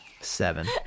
Seven